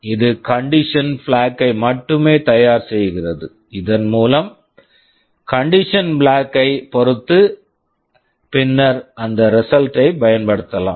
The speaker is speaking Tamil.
இது கண்டிஷன் பிளாக் condition flag -ஐ மட்டுமே தயார் செய்கிறது இதன் மூலம் கண்டிஷன் பிளாக் condition flag யைப் பொறுத்து பின்னர் அந்த ரிசல்ட் result ஐப் பயன்படுத்தலாம்